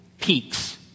peaks